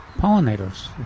pollinators